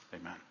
Amen